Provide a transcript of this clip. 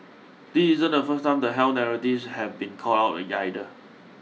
this isn't the first time the health narratives have been called out either